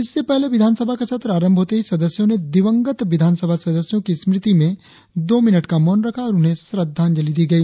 इससे पहले विधानसभा का सत्र आरंभ होते ही सदस्यों ने दिवंगत विधानसभा सदस्यों की स्मृति में दो मिनट का मौन रखा और उन्हें श्रद्धांजली दी गई